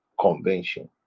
convention